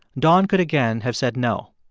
don could again have said no.